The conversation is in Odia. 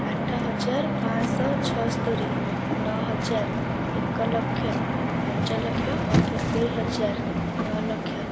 ଆଠହଜାର ପାଞ୍ଚଶହ ଛଅସ୍ତରୀ ନଅହଜାର ଏକଲକ୍ଷ ପାଞ୍ଚଲକ୍ଷ ଅଠସ୍ତରୀହଜାର ନଅଲକ୍ଷ